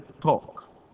talk